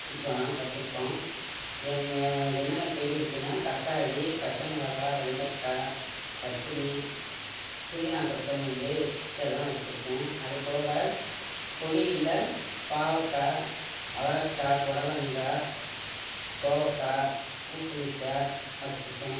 வச்சுக்குறோம் வச்சுருக்கோம் எங்கள் என்னென்ன செடி இருக்குன்னால் தக்காளி பச்சை மிளகாய் வெண்டைக்காய் கத்திரி புதினா கொத்தமல்லி எல்லாம் வச்சுருக்கேன் அது போக கொடியில் பாகக்காய் அவரைக்காய் புடலங்காய் கோவக்காய் பூசணிக்காய் வச்சுருக்கேன்